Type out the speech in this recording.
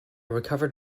recovered